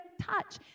touch